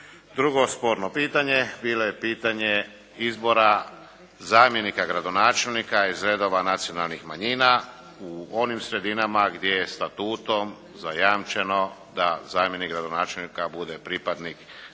Drugo sporno pitanje bilo je pitanje izbora zamjenika gradonačelnika iz redova nacionalnih manjina u onim sredinama gdje je statutom zajamčeno da zamjenik gradonačelnika bude pripadnik nacionalne manjine